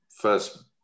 first